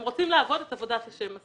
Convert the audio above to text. הם רוצים לעבוד את עבודת השם.